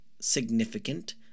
significant